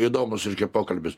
įdomus reiškia pokalbis